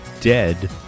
dead